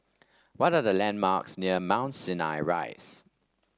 what are the landmarks near Mount Sinai Rise